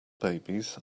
babies